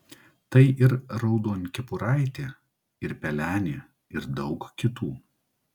tai ir raudonkepuraitė ir pelenė ir daug kitų